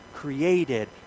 Created